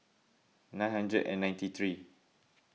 nine hundred and ninety three